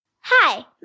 Hi